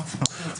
מה זאת אומרת?